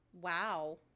Wow